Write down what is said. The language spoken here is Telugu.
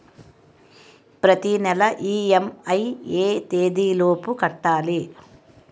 ప్రతినెల ఇ.ఎం.ఐ ఎ తేదీ లోపు కట్టాలి?